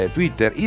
Twitter